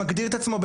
שמגדיר את עצמו,